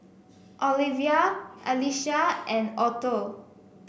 Olevia Alycia and Otto